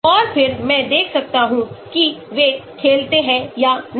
और फिर मैं देख सकता हूं कि वे खेलते हैं या नहीं